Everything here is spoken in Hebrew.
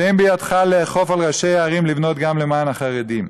שאין בידך לאכוף על ראשי ערים לבנות גם למען החרדים.